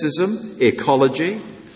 ecology